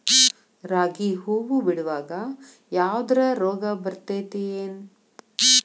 ರಾಗಿ ಹೂವು ಬಿಡುವಾಗ ಯಾವದರ ರೋಗ ಬರತೇತಿ ಏನ್?